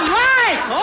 right